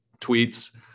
tweets